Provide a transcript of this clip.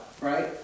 right